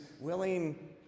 willing